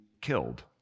killed